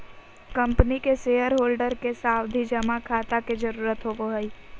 company के shareholder के सावधि जमा खाता के जरूरत होवो हय